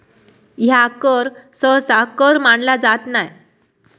ह्या कर सहसा कर मानला जात नाय